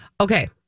Okay